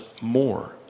more